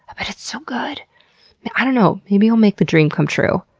but it's so good! and i don't know, maybe i'll make the dream come true.